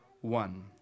one